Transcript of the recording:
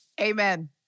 Amen